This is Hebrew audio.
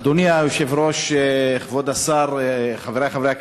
אדוני היושב-ראש, כבוד השר, חברי חברי הכנסת,